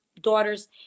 daughters